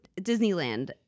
Disneyland